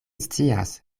scias